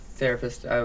therapist